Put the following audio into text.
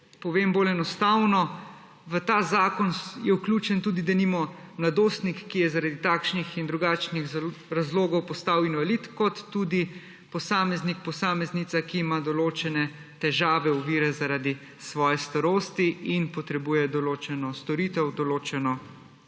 povem bolj enostavno; v ta zakon je vključen tudi, denimo, mladostnik, ki je zaradi takšnih in drugačnih razlogov postal invalid, kot tudi posameznik, posameznica, ki ima določene težave, ovire zaradi svoje starosti in potrebuje določeno storitev, določeno pomoč.